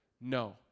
No